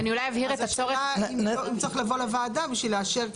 אז השאלה אם צריך לבוא לוועדה בשביל לאשר.